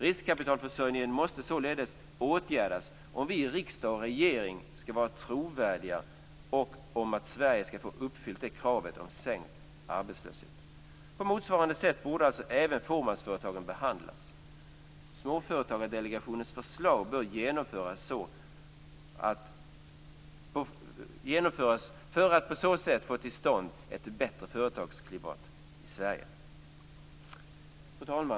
Riskkapitalförsörjningen måste således åtgärdas om vi i riksdag och regering skall vara trovärdiga och om Sverige skall uppfylla kravet om sänkt arbetslöshet. På motsvarande sätt borde alltså även fåmansföretagen behandlas. Småföretagardelegationens förslag bör genomföras för att på så sätt få till stånd ett bättre företagsklimat i Sverige. Fru talman!